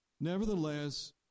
Nevertheless